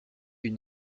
une